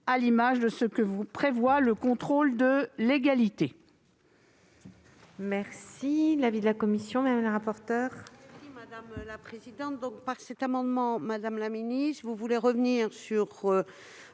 à l'instar de ce que prévoit le contrôle de légalité.